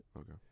Okay